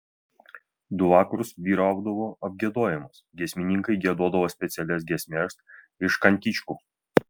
du vakarus vyraudavo apgiedojimas giesmininkai giedodavo specialias giesmes iš kantičkų